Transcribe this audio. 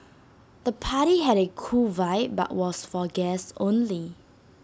the party had A cool vibe but was for guests only